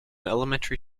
elementary